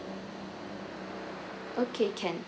okay can